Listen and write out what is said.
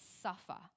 suffer